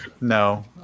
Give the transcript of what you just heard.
No